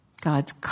God's